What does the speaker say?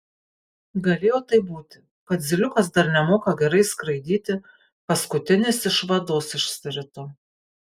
galėjo taip būti kad zyliukas dar nemoka gerai skraidyti paskutinis iš vados išsirito